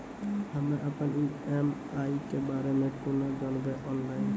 हम्मे अपन ई.एम.आई के बारे मे कूना जानबै, ऑनलाइन?